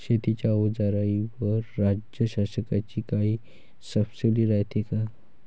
शेतीच्या अवजाराईवर राज्य शासनाची काई सबसीडी रायते का?